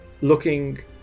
looking